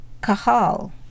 kahal